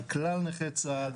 על כלל נכי צה"ל